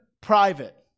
private